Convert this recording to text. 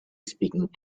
speaking